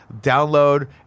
download